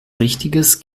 richtiges